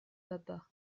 baba